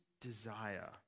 desire